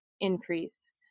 increase